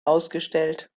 ausgestellt